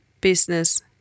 business